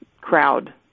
crowd